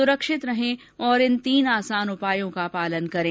सुरक्षित रहें और इन तीन आसान उपायों का पालन करें